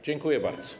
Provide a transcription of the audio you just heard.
Dziękuję bardzo.